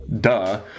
Duh